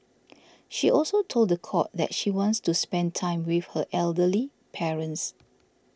she also told the court that she wants to spend time with her elderly parents